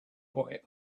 boy